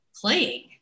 playing